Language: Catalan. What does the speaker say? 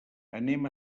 anem